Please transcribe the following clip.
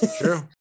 True